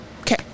Okay